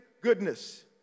goodness